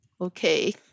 Okay